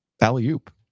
alley-oop